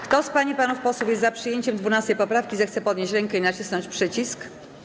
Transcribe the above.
Kto z pań i panów posłów jest za przyjęciem 12. poprawki, zechce podnieść rękę i nacisnąć przycisk.